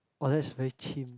oh that's very